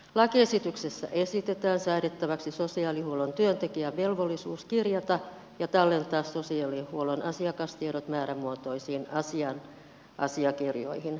lakiesityksessä esitetään säädettäväksi sosiaalihuollon työntekijän velvollisuus kirjata ja tallentaa sosiaalihuollon asiakastiedot määrämuotoisiin asiakirjoihin